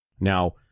Now